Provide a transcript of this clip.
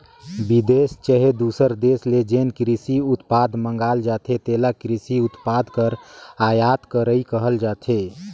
बिदेस चहे दूसर देस ले जेन किरसी उत्पाद मंगाल जाथे तेला किरसी उत्पाद कर आयात करई कहल जाथे